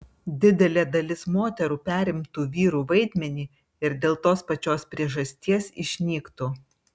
didelė dalis moterų perimtų vyrų vaidmenį ir dėl tos pačios priežasties išnyktų